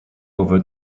over